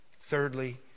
Thirdly